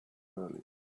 early